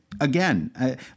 again